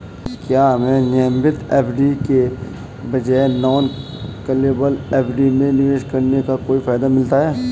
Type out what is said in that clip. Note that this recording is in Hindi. क्या हमें नियमित एफ.डी के बजाय नॉन कॉलेबल एफ.डी में निवेश करने का कोई फायदा मिलता है?